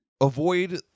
avoid